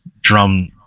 drum